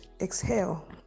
exhale